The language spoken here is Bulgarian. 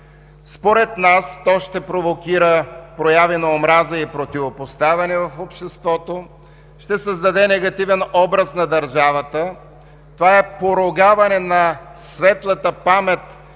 Според нас, то ще провокира прояви на омраза и противопоставяне в обществото, ще създаде негативен образ на държавата. Това е поругаване на светлата памет